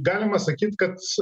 galima sakyt kad